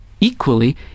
Equally